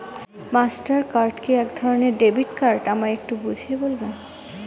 Master card কি একধরণের debit card আমায় একটু বুঝিয়ে বলবেন?